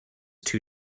two